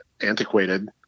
antiquated